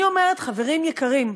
אני אומרת: חברים יקרים,